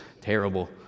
terrible